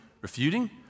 refuting